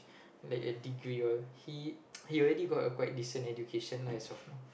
like a degree all he he already got a quite decent education lah as of now